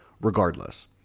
regardless